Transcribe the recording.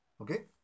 Okay